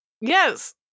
yes